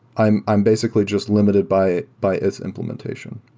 i'm i'm basically just limited by by its implementation.